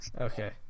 Okay